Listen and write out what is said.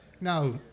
Now